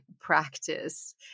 practice